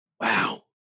wow